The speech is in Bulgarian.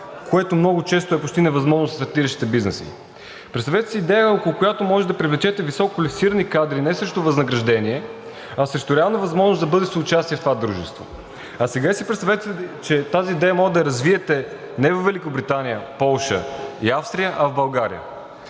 което много често е почти невъзможно за стартиращите бизнеси. Представете си идея, около която можете да привлечете висококвалифицирани кадри не срещу възнаграждение, а срещу реална възможност за бъдещо участие в това дружество. А сега си представете, че тази идея можете да я развиете не във Великобритания, Полша и Австрия, а в България.